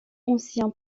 ancien